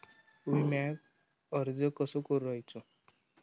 विम्याक अर्ज कसो करायचो?